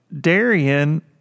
Darian